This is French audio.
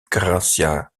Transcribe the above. garcía